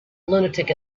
lunatic